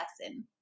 lesson